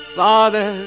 father